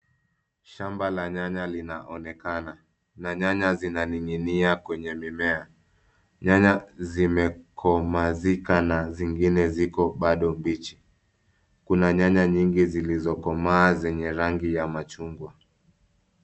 Shamba la nyanya linaonekana na nyanya zinaninginia kwenye mimea. Nyanya zimekomazika na zingine ziko bado mbichi. Kuna nyanya nyingi zilizokomaa zenye rangi ya machungwa.